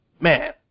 Man